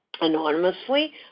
anonymously